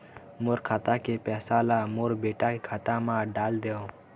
मोर खाता के पैसा ला मोर बेटा के खाता मा डाल देव?